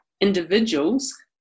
individuals